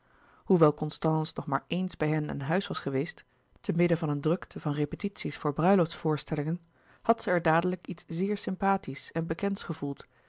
hoewel constance nog maar eens bij hen aan huis was geweest te midden van een drukte van repetities voor bruiloftsvoorstellingen had zij er dadelijk iets zeer sympathisch en bekends gevoeld